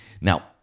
Now